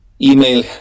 email